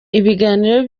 ibiganiro